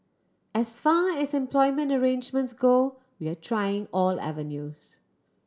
as far as employment arrangements go we are trying all avenues